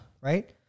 Right